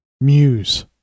Muse